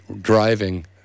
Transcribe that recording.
driving